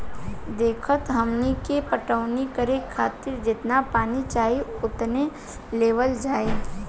देखऽ हमनी के पटवनी करे खातिर जेतना पानी चाही ओतने लेवल जाई